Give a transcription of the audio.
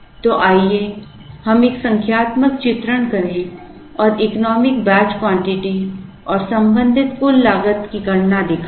तो आइए हम एक संख्यात्मक चित्रण करें और इकोनॉमिक बैच क्वांटिटी और संबंधित कुल लागत की गणना दिखाएं